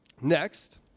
Next